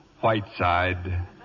Whiteside